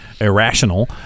irrational